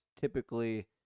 typically